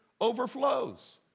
overflows